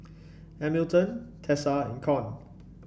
Hamilton Tessa and Con